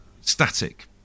static